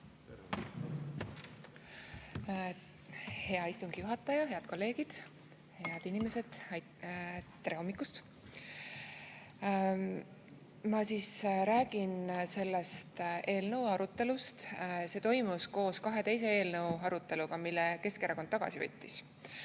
Hea istungi juhataja! Head kolleegid! Head inimesed, tere hommikust! Ma räägin sellest eelnõu arutelust. See toimus koos kahe teise eelnõu aruteluga, mille Keskerakond tagasi võttis.